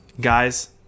guys